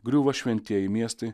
griūva šventieji miestai